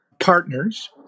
partners